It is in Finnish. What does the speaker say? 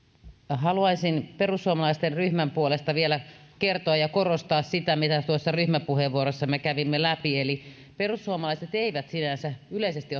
haluaisin perussuomalaisten ryhmän puolesta vielä kertoa ja korostaa mitä ryhmäpuheenvuorossamme kävimme läpi perussuomalaiset eivät sinänsä yleisesti